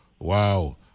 Wow